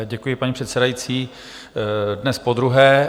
Děkuji, paní předsedající, dnes podruhé.